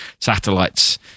satellites